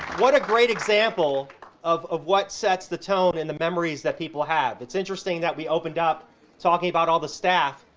what a great example of of what sets the tone in the memories that people have. it's interesting that we opened up talking about all the staff,